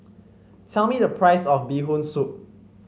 tell me the price of Bee Hoon Soup